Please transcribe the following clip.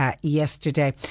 yesterday